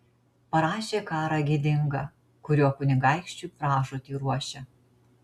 parašė karą gėdingą kuriuo kunigaikščiui pražūtį ruošia